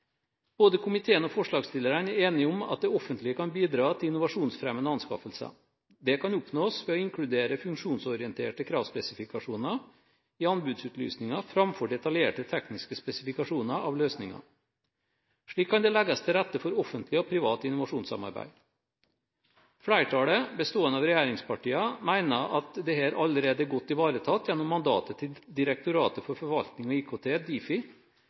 forslagsstillerne er enige om at det offentlige kan bidra til innovasjonsfremmende anskaffelser. Det kan oppnås ved å inkludere funksjonsorienterte kravspesifikasjoner i anbudsutlysinger framfor detaljerte tekniske spesifikasjoner av løsninger. Slik kan det legges til rette for offentlig og privat innovasjonssamarbeid. Flertallet, bestående av regjeringspartiene, mener at dette allerede er godt ivaretatt gjennom mandatet til Direktoratet for forvaltning og IKT – Difi